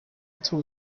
into